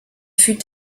fut